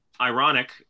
ironic